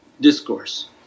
discourse